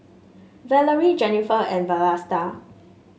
Valarie Jennifer and Vlasta